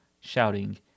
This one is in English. shouting